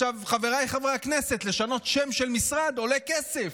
חבריי חברי הכנסת, לשנות שם של משרד עולה כסף,